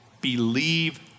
believe